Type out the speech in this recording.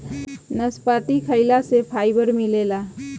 नसपति खाइला से फाइबर मिलेला